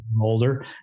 older